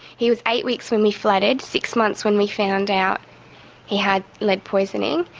he was eight weeks when we flooded, six months when we found out he had lead poisoning.